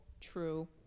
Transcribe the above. true